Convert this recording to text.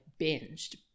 binged